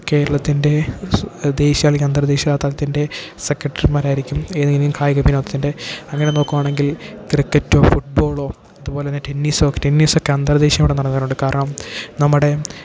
കേരളത്തിൻ്റെ സ് ദേശീയ അല്ലെങ്കിൽ അന്തർ ദേശീയ തലത്തിൻ്റെ സെക്രട്ടറിമാരായിരിക്കും ഏതെങ്കിലും കായികവിനോദത്തിൻ്റെ അങ്ങനെ നോക്കുവാണെങ്കിൽ പറയുമ്പോഴ്ത്തേനും ഒരു ക്രിക്കറ്റോ ഫുട്ബോളോ അതുപോലെ തന്നെ ടെന്നീസോ ടെന്നീസൊക്കെ അന്തർ ദേശിയം ഇവിടെ നടക്കാറുണ്ട് കാരണം നമ്മുടെ